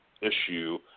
issue